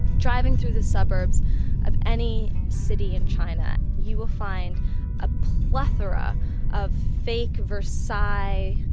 driving through the suburbs of any city in china, you will find a plethora of fake versailles,